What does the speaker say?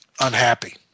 unhappy